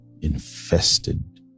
infested